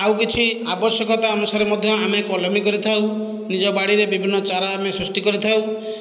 ଆଉ କିଛି ଆବଶ୍ୟକତା ଅନୁସାରେ ମଧ୍ୟ ଆମେ କଲମୀ କରିଥାଉ ନିଜ ବାଡ଼ିରେ ବିଭିନ୍ନ ଚାରା ଆମେ ସୃଷ୍ଟି କରିଥାଉ